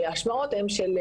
השמעות של גברים,